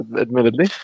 admittedly